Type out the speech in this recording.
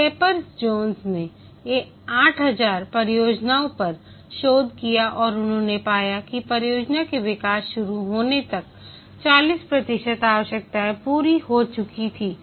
capers Jones ने 8000 परियोजनाओं पर शोध किया और उन्होंने पाया कि परियोजना के विकास शुरू होने तक 40 प्रतिशत आवश्यकताएं पूरी हो चुकी थीं